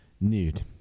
nude